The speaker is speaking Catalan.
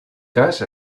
cas